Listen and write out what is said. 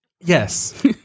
Yes